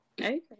okay